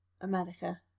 America